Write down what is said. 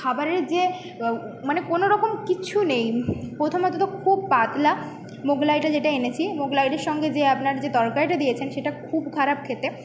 খাবারের যে মানে কোনো রকম কিচ্ছু নেই প্রথমত তো খুব পাতলা মোগলাইটা যেটা এনেছি মোগলাইটির সঙ্গে যে আপনার যে তরকারিটা দিয়েছেন সেটা খুব খারাপ খেতে